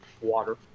water